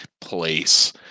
place